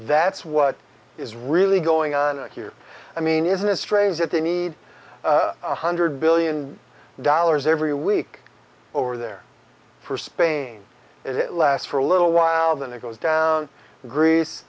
that's what is really going on here i mean isn't it strange that they need one hundred billion dollars every week over there for spain it lasts for a little while then it goes down to greece